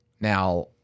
Now